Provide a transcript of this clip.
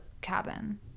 cabin